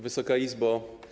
Wysoka Izbo!